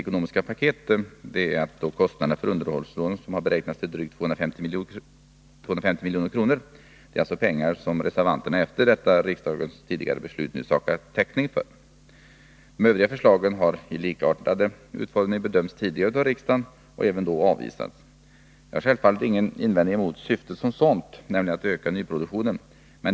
Kostnaderna för underhållslånen har beräknats till drygt 250 milj.kr. Det är alltså pengar som reservanterna efter riksdagens tidigare beslut nu saknar täckning för. De övriga förslagen har i likartad utformning bedömts tidigare av riksdagen och har även då avvisats. Jag har självfallet ingen invändning mot syftet som sådant, nämligen att öka nyproduktionen.